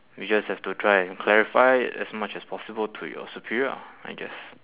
we just have to try and clarify it as much as possible to you superior ah I guess